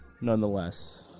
nonetheless